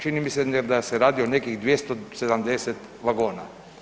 Čini mi se da se radi o nekih 270 vagona.